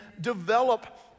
develop